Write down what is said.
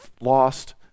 lost